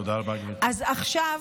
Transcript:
אז עכשיו,